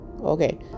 Okay